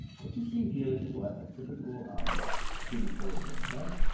what you see here is what a typical um student portal looks like.